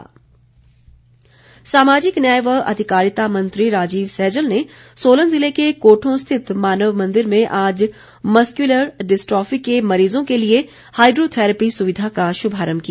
muscular dystrophy सामाजिक न्याय व अधिकारिता मंत्री राजीव सैजल ने सोलन जिले के कोठों स्थित मानव मंदिर में आज मस्क्यूलर डिस्ट्रॉफी के मरीजों के लिए हाईड्रोथैरेपी सुविधा का शुभारम्भ किया